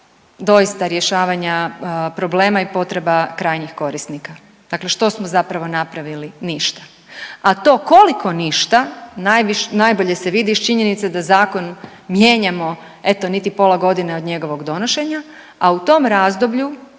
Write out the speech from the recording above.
doista rješavanja problema i potreba krajnjih korisnika. Dakle, što smo zapravo napravili? Ništa. A to koliko ništa najbolje se vidi iz činjenice da zakon mijenjamo eto niti pola godine od njegova donošenja, a u tom razdoblju